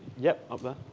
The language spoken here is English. yep, up